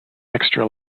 extra